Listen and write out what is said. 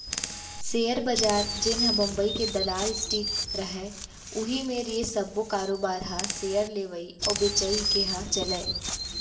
share बजार जेनहा बंबई के दलाल स्टीक रहय उही मेर ये सब्बो कारोबार ह सेयर लेवई अउ बेचई के ह चलय